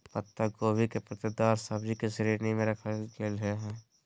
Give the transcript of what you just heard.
पत्ता गोभी के पत्तेदार सब्जि की श्रेणी में रखल गेले हें